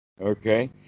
Okay